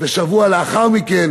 ושבוע לאחר מכן